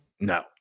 No